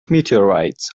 meteorites